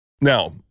Now